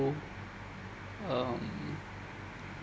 go um